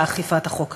באכיפת החוק הזה.